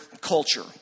culture